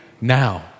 now